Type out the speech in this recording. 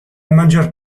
maggior